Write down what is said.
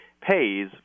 pays